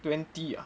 twenty ah